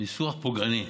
ניסוח פוגעני.